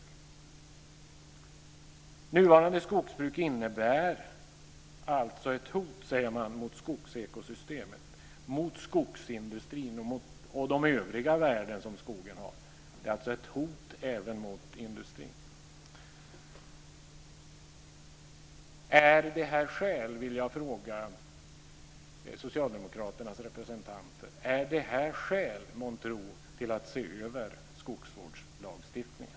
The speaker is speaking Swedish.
Man säger att nuvarande skogsbruk innebär ett hot mot skogsekosystemet och de övriga värden som skogen har. Det är alltså ett hot även mot skogsindustrin. Är månntro detta skäl till att se över skogsvårdslagstiftningen?